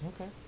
Okay